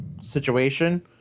situation